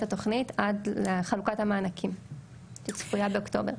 התוכנית עד לחלוקת המענקים שצפויה באוקטובר.